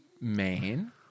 man